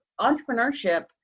entrepreneurship